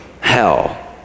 hell